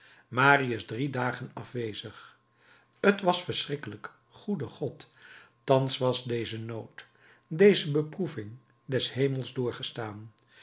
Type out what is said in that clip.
marius drie dagen afwezig t was verschrikkelijk goede god thans was deze nood deze beproeving des hemels